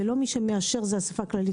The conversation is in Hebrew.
זה לא מי שמאשר זה האספה הכללית,